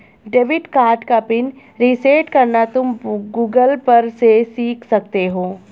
debit card का pin reset करना तुम गूगल पर से सीख सकते हो